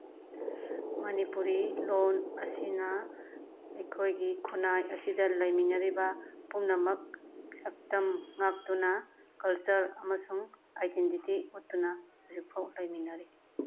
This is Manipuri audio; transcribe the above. ꯃꯅꯤꯄꯨꯔꯤ ꯂꯣꯜ ꯑꯁꯤꯅ ꯑꯩꯈꯣꯏꯒꯤ ꯈꯨꯟꯅꯥꯏ ꯑꯁꯤꯗ ꯂꯩꯃꯤꯟꯅꯔꯤꯕ ꯄꯨꯝꯅꯃꯛ ꯁꯛꯇꯝ ꯉꯥꯛꯇꯨꯅ ꯀꯜꯆꯔ ꯑꯃꯁꯨꯡ ꯑꯥꯏꯗꯦꯟꯇꯤꯇꯤ ꯎꯠꯇꯨꯅ ꯍꯧꯖꯤꯛ ꯐꯥꯎꯕ ꯂꯩꯃꯤꯟꯅꯔꯤ